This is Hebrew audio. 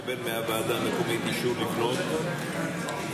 מקבל מהוועדה המקומית אישור לבנות ואז